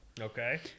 Okay